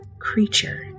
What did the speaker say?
creature